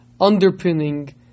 underpinning